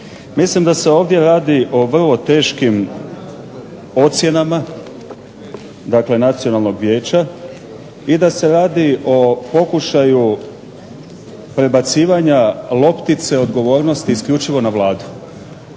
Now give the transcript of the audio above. Mislim da se ovdje radi o vrlo teškim ocjenama, dakle nacionalnog vijeća, i da se radi o pokušaju prebacivanja loptice odgovornosti isključivo na Vladu,